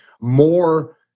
more